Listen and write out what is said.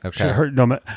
Okay